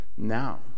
Now